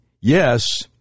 yes